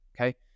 okay